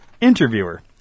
Interviewer